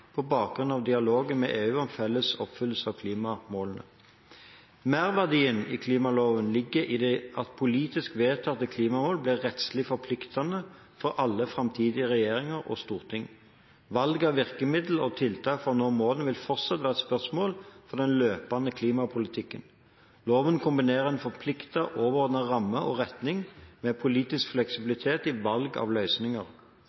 på bakgrunn av dialogen med EU om felles oppfyllelse av klimamålene. Merverdien i klimaloven ligger i at politisk vedtatte klimamål blir rettslig forpliktende for alle framtidige regjeringer og storting. Valg av virkemidler og tiltak for å nå målene vil fortsatt være et spørsmål for den løpende klimapolitikken. Loven kombinerer en forpliktende overordnet ramme og retning med politisk